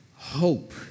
hope